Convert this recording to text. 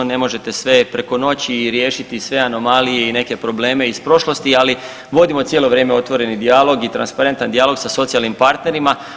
Ne možete sve preko noći riješiti i sve anomalije i neke probleme iz prošlosti, ali vodimo cijelo vrijeme otvoreni dijalog i transparentan dijalog sa socijalnim partnerima.